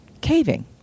caving